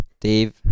Dave